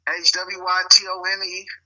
H-W-Y-T-O-N-E